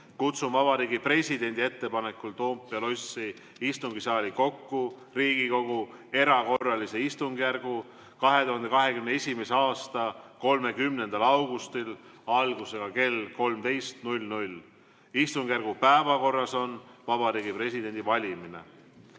kutsun Vabariigi Presidendi ettepanekul Toompea lossi istungisaali kokku Riigikogu erakorralise istungjärgu 2021. aasta 30. augustil algusega kell 13. Istungjärgu päevakorras on Vabariigi Presidendi valimine. Head